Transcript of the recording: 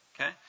okay